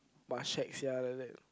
but shagged sia like that